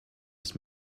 ist